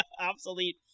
obsolete